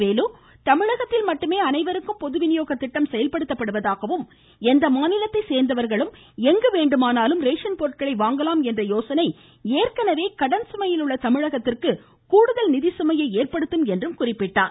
வேலு தமிழகத்தில் மட்டுமே அனைவருக்குமான பொதுவிநியோக திட்டம் செயல்படுத்தப்படுவதாகவும் எந்த மாநிலத்தை சோ்ந்தவா்களும் எங்கு வேண்டுமானாலும் ரேசன் பொருட்களை வாங்கலாம் என்ற யோசனை ஏற்கனவே கடன் சுமையில் உள்ள தமிழகத்திற்கு கூடுதல் நிதிசுமையை ஏற்படுத்தும் என்றார்